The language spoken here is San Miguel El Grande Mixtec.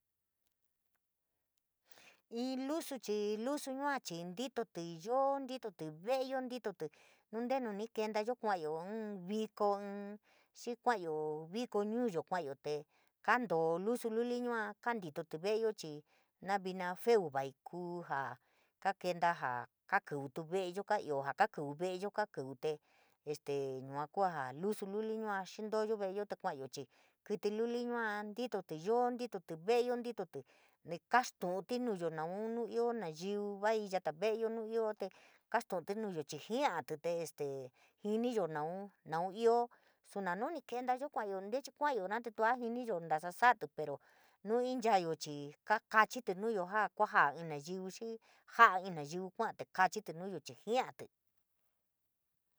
In luso chii, lusu yua chii, ntitotí yoo, ntitotí ve’eyo ntitotí, nu ntenu ni kentayo kua’ayo inn viko, ínn xii kua’ayo viko ñuuyo kuayo te, kanto lusu luli yua kantitotí ve’eyo chii naa vina feu vaii kuu jaa kakenta jaa kaa kívítu ve’eyo, kaioo ja kakíví ve’eyo ka kíví ve’eyo ka kíví te este yuaku ja lusu luli yūa xiintoyo ve’eyo te kuayo chiii kítí luli yua ntitotí yoo, ntitotí ve’eyo, ntitotí, ni kastu’u tí nuyo naun nunioo nayiu vaii yata ve’eyo nu ioo te kastu’utí nuyo chii jia’atí te este jiniyo naun, naun ioo, suna nuni kantayo kauyo ntíeni kua’ayona tua jiniyo ntasa saatí pero nuu inchayo chii kakachite nuyo, jaa kuaja inn nayiu, xii ja’a inn nayiu kua te cachití nuyo chii jia’atí.